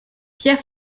pierre